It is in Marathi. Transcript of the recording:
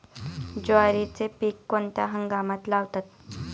ज्वारीचे पीक कोणत्या हंगामात लावतात?